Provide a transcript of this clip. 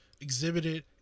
exhibited